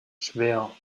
schwer